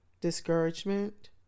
discouragement